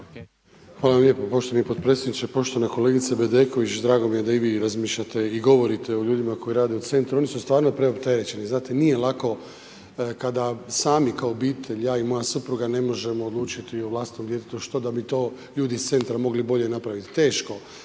Hvala lijepo poštovani potpredsjedniče. Poštovana kolegice Bedeković, drago mi je da i vi razmišljate i govorite o ljudima koji rade u centru, oni su stvarno preopterećeni, znate nije lako kada sami kao obitelj, ja i moja supruga ne možemo odlučiti o vlastitom djetetu što da bi to ljudi iz centra mogli bolje napraviti. Teško,